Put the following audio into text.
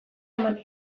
emanez